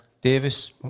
Davis